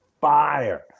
fire